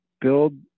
build